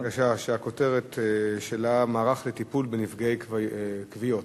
הכותרת שלה היא: מערך לטיפול בנפגעי כוויות.